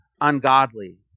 ungodly